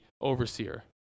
overseer